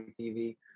TV